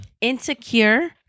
insecure